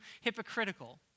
hypocritical